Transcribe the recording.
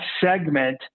segment